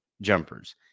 jumpers